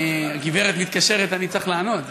הגברת מתקשרת, אני צריך לענות.